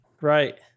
Right